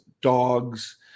dogs